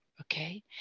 Okay